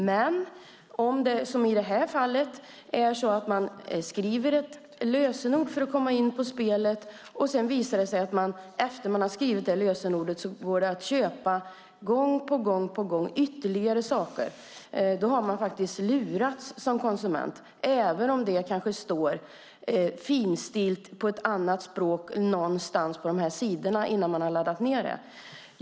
Men om det är, som i detta fall, så att man ska skriva ett lösenord för att komma in på spelet ska man inte, efter att ha skrivit lösenordet, ändå gång på gång kunna köpa ytterligare saker. Då har man lurats som konsument, även om det kanske någonstans på dessa sidor står om detta, finstilt och på ett annat språk, innan man laddat ned programmet.